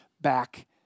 back